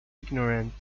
ignorant